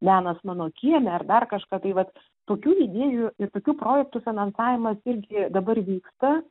menas mano kieme ar dar kažką tai vat tokių idėjų ir tokių projektų finansavimas irgi dabar vyksta